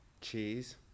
Cheese